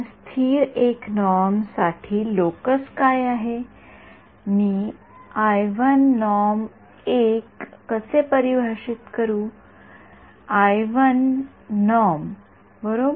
परंतु जर मला असे वाटले की डोळे कोठे आहेत असा प्रश्न तर मी अद्याप या प्रश्नाचे उत्तर देऊ शकतो जर माझा प्रश्न किती मिशीचे केस किती आहेत असेल तर मी या प्रश्नाचे उत्तर देऊ शकत नाही बरोबर